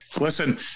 Listen